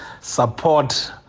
support